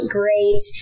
great